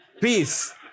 Peace